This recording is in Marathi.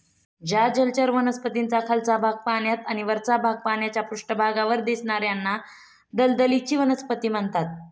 ज्या जलचर वनस्पतींचा खालचा भाग पाण्यात आणि वरचा भाग पाण्याच्या पृष्ठभागावर दिसणार्याना दलदलीची वनस्पती म्हणतात